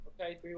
okay